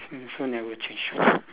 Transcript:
you also never change